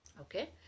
okay